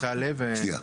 סליחה.